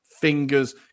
fingers